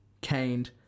caned